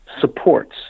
supports